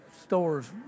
stores